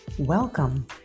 Welcome